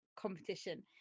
competition